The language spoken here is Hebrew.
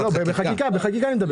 על חקיקה אני מדבר.